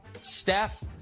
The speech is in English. Steph